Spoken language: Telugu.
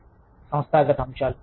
సంస్థాగత అంశాలు